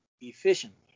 efficiently